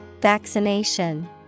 Vaccination